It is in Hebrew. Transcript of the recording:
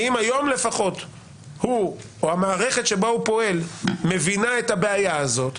האם היום לפחות הוא או המערכת שבה הוא פועל מבינה את הבעיה הזאת?